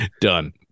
Done